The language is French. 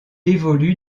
évolue